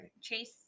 chase